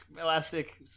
Elastic